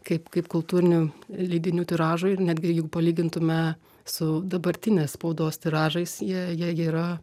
kaip kaip kultūrinių leidinių tiražų ir netgi jeigu palygintume su dabartinės spaudos tiražais jie jie yra